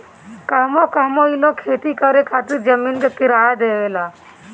कहवो कहवो ई लोग खेती करे खातिर जमीन के किराया देवेला